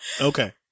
Okay